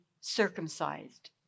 circumcised